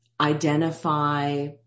identify